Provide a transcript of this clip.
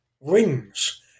rings